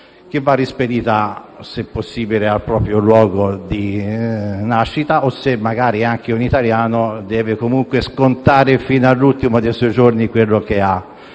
che va rispedita, se possibile, al proprio luogo di nascita o, se magari cittadino italiano, deve comunque scontare fino all'ultimo dei suoi giorni quello che ha